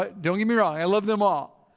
but don't get me wrong i love them all,